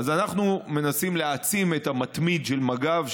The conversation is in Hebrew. אנחנו מנסים להעצים את "המתמיד" של מג"ב,